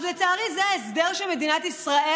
לצערי זה ההסדר שמדינת ישראל,